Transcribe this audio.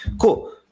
Cool